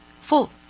full